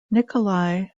nikolai